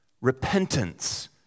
Repentance